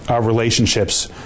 relationships